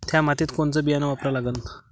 थ्या मातीत कोनचं बियानं वापरा लागन?